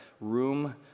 room